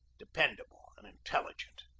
dependable, and intelligent.